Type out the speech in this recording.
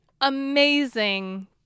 amazing